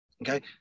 Okay